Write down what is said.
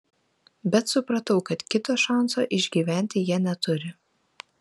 bet supratau kad kito šanso išgyventi jie neturi